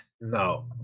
No